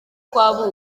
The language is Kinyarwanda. kwa